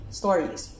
stories